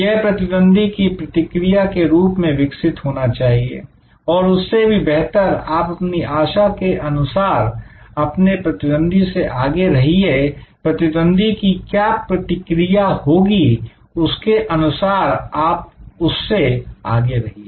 यह प्रतिद्वंदी की प्रतिक्रिया के रूप में विकसित होना चाहिए और उससे भी बेहतर आप अपनी आशा के अनुसार अपने प्रतिद्वंदी से आगे रहिए प्रतिद्वंदी की क्या प्रतिक्रिया होगी उसके अनुसार आप उससे आगे रहिए